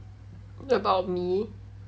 about me